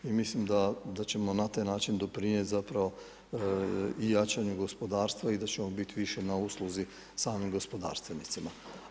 I mislim da ćemo na taj način doprinijeti zapravo i jačanju gospodarstva i da ćemo biti više na usluzi samim gospodarstvenicima.